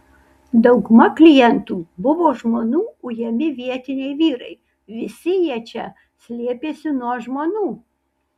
dauguma klientų buvo žmonų ujami vietiniai vyrai visi jie čia slėpėsi nuo žmonų